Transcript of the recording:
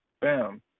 bam